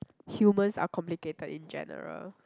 humans are complicated in general